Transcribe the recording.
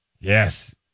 Yes